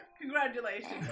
Congratulations